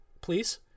Please